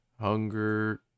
Hunger